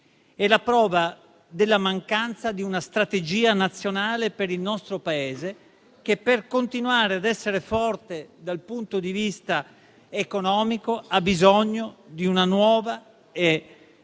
È la prova della mancanza di una strategia nazionale per il nostro Paese, che per continuare ad essere forte dal punto di vista economico ha bisogno di una nuova e